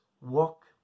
walk